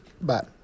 Bye